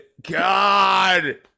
god